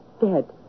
dead